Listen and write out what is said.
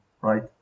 right